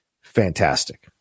Fantastic